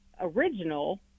original